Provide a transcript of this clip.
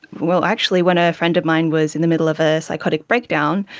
well, actually when a a friend of mine was in the middle of a psychotic breakdown,